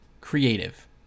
Creative